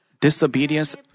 Disobedience